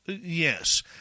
Yes